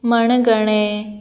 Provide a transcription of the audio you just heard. मणगणें